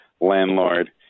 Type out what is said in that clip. landlord